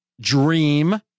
Dream